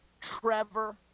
Trevor